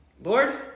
Lord